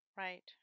Right